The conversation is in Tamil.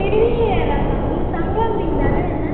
பெரிய இறா தாங்க சங்கரா மீன் விலை என்ன